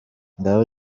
ngaho